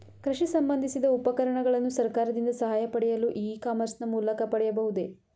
ಕೃಷಿ ಸಂಬಂದಿಸಿದ ಉಪಕರಣಗಳನ್ನು ಸರ್ಕಾರದಿಂದ ಸಹಾಯ ಪಡೆಯಲು ಇ ಕಾಮರ್ಸ್ ನ ಮೂಲಕ ಪಡೆಯಬಹುದೇ?